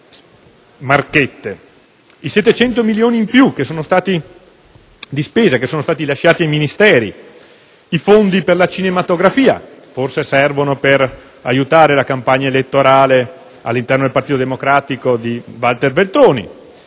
i 700 milioni in più di spesa, che sono stati lasciati ai Ministeri; i fondi per la cinematografia che forse servono per aiutare la campagna elettorale all'interno del Partito Democratico di Walter Veltroni;